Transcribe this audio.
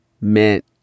meant